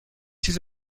چیز